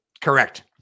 Correct